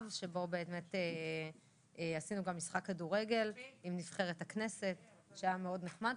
שבו עשינו גם משחק כדורגל עם נבחרת הכנסת שהיה מאוד נחמד,